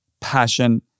passion